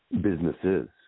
businesses